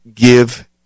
Give